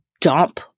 dump